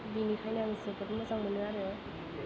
बेनिखायनो आं जोबोद मोजां मोनो आरो